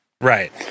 Right